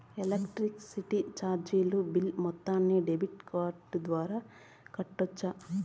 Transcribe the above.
Electricity చార్జీలు bill మొత్తాన్ని debit card ద్వారా కట్టొచ్చా?